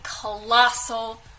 colossal